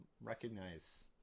recognize